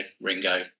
Ringo